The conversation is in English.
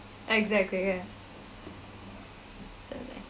exactly ya